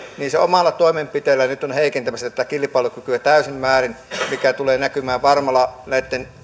niin se omalla toimenpiteellään nyt on heikentämässä tätä tätä kilpailukykyä täysin määrin mikä tulee näkymään varmasti näitten